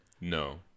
no